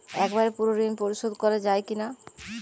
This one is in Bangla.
একবারে পুরো ঋণ পরিশোধ করা যায় কি না?